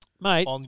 Mate